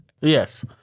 Yes